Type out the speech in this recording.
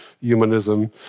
humanism